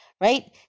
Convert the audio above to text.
right